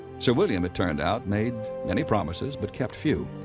sir william, it turned out, made many promises but kept few.